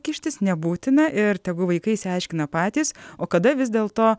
kištis nebūtina ir tegu vaikai išsiaiškina patys o kada vis dėlto